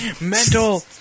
mental